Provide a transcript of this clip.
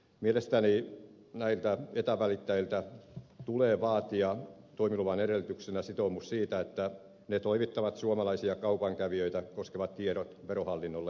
mielestäni näiltä etävälittäjiltä tulee vaatia toimiluvan edellytyksenä sitoumus siitä että ne toimittavat suomalaisia kaupankävijöitä koskevat tiedot verohallinnolle